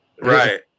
right